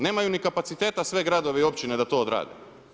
Nemaju ni kapaciteta sve gradovi i općine da to odrade.